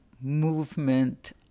movement